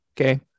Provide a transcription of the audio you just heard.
Okay